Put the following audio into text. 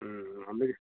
అ